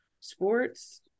sports